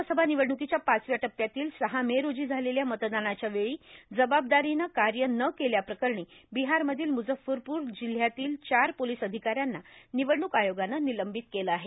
लोकसभा निवडण्रकीच्या पाचव्या टप्प्यातील सहा मे रोजी झालेल्या मतदानाच्या वेळी जबाबदारीनं कार्य न केल्याप्रकरणी बिहारमधील मुझफ्फरपूर जिल्ह्यातील चार पोलीस अधिकाऱ्यांना निवडणूक आयोगानं निलंबित केलं आहे